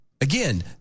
Again